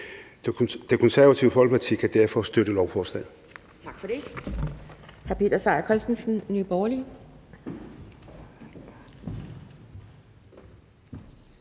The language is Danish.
Det Konservative Folkeparti kan derfor støtte lovforslaget.